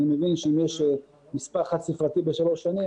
אני מבין שאם יש מספר חד-ספרתי בשלוש שנים,